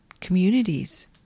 communities